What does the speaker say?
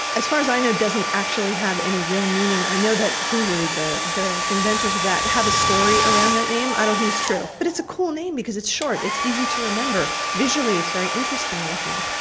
as far as i know, doesn't actually have any real meaning. i know that hulu, the the inventors of that have a story around that name. i don't think is true, but it's a cool name because it's short, it's easy to remember, visually it's very interesting looking.